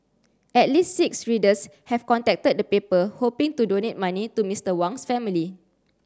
at least six readers have contacted the paper hoping to donate money to Mister Wang's family